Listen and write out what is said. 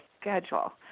schedule